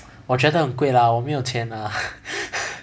我觉得很贵 lah 我没有钱 lah